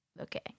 Okay